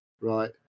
right